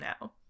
now